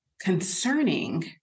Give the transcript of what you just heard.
concerning